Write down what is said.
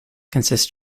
consist